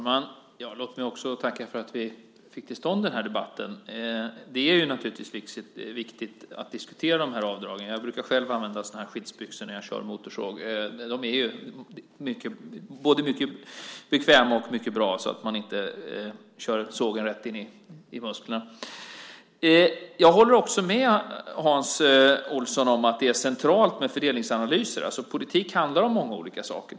Fru talman! Låt mig tacka för att vi fick till stånd den här debatten. Det är naturligtvis viktigt att diskutera dessa avdrag. Jag brukar också använda sådana skyddsbyxor när jag kör motorsåg. De är både bra och bekväma och skyddar så att man inte kör sågen rätt in i musklerna. Jag håller med Hans Olsson om att fördelningsanalyser är centrala. Politik handlar om många olika saker.